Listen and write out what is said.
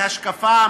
השקפה,